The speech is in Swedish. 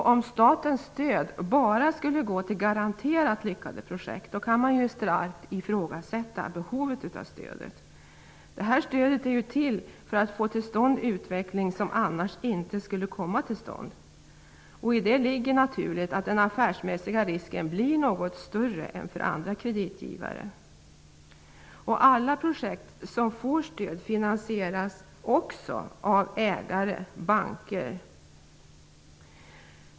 Om statens stöd bara skulle gå till garanterat lyckade projekt kan man starkt ifrågasätta behovet av stödet. Stödet är till för att man skall få till stånd utveckling som annars inte skulle komma till stånd. Därigenom blir den affärsmässiga risken något större än för andra kreditgivare. Alla projekt som får stöd finansieras också av ägare och banker.